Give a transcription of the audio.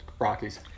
Rockies